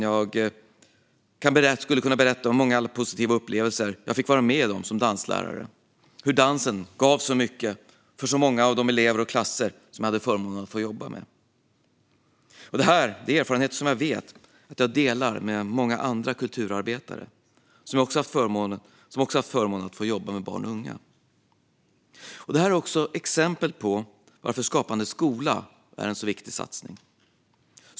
Jag skulle kunna berätta om många positiva upplevelser som jag fick vara med om som danslärare. Dansen gav så mycket för många av de elever och klasser som jag hade förmånen att få jobba med. Detta är erfarenheter som jag vet att jag delar med många andra kulturarbetare som också har haft förmånen att få jobba med barn och unga. Det här är också exempel på varför Skapande skola är en så viktig satsning.